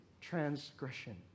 transgression